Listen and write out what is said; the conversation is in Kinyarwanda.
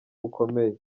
bukomeye